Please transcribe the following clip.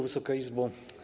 Wysoka Izbo!